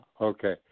okay